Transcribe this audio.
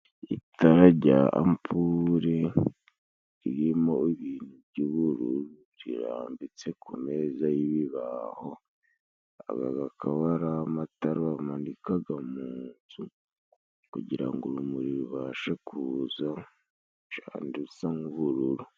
Itara rya ampure ririmo ibintu by'ubururu, rirambitse ku meza y'ibibaho. Aga akaba ari amatara bamanikaga mu nzu, kugira ngo urumuri rubashe kuza kandi rusa nk'ubururu.